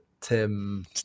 Tim